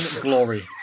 glory